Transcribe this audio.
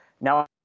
Now